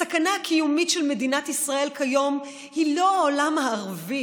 הסכנה הקיומית של מדינת ישראל כיום היא לא העולם הערבי,